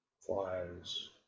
flies